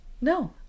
No